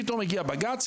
פתאום הגיע בג"צ,